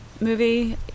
movie